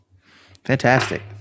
fantastic